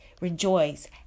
rejoice